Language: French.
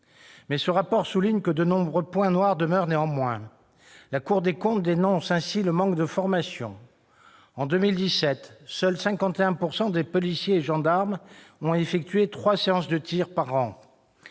selon ce rapport, de nombreux points noirs demeurent. La Cour des comptes dénonce ainsi le manque de formation : en 2017, seuls 51 % des policiers et gendarmes ont effectué leurs trois séances de tir par an.